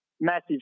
Massive